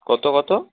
কত কত